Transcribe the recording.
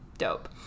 dope